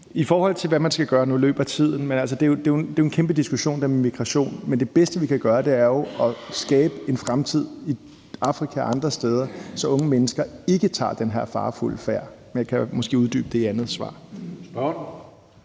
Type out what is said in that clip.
I forhold til hvad man skal gøre – nu løber tiden – vil jeg sige, at det med migration er en kæmpe diskussion, men det bedste, vi kan gøre, er jo at skabe en fremtid i Afrika og andre steder, så unge mennesker ikke tager den her farefulde færd. Jeg kan måske uddybe det i andet svar.